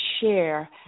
share